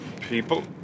people